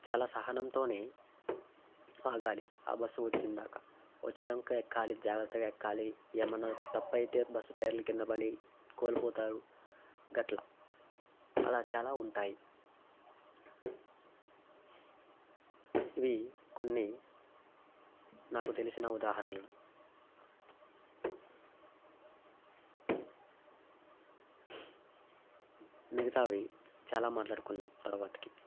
చాలా సహనంతో ఆగాలి ఆ బస్సు వచ్చేదాకా వచ్చినాక ఎక్కాలి జాగ్రత్తగా ఎక్కాలి ఏమన్నా తప్పయితే బస్సు టైర్ల కింద పడి కోల్పోతారు అట్లా అలా చాలా ఉంటాయి ఇవి కొన్ని నాకు తెలిసిన ఉదాహరణలు మిగతావి చాలా మాట్లాడుకుందాం తర్వాతకి